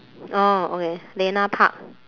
orh okay lena park